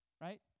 right